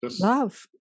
Love